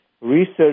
research